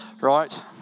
Right